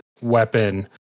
weapon